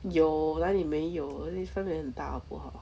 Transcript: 有哪里没有那个看起来很大好不好